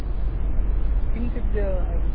किञ्चिद्